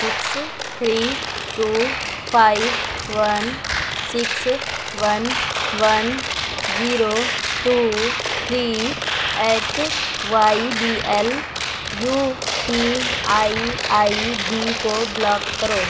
six three two five one six one one zero two three eight Y B L U P I I D کو block کرو